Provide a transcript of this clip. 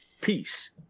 Peace